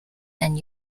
and